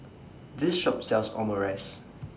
This Shop sells Omurice